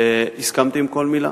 והסכמתי עם כל מלה.